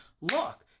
look